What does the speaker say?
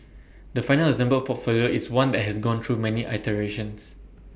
the final assembled portfolio is one that has gone through many iterations